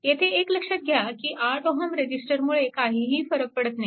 येथे एक लक्षात घ्या की 8 Ω रेजिस्टरमुळे काहीही फरक पडत नाही